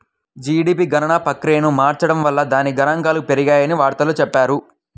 GDP గణన ప్రక్రియను మార్చడం వల్ల దాని గణాంకాలు పెరిగాయని వార్తల్లో చెప్పారు